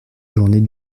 journée